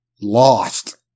lost